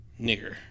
nigger